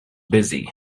busy